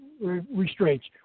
restraints